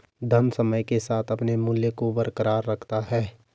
धन समय के साथ अपने मूल्य को बरकरार रखता है